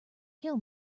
kill